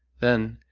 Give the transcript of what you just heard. then,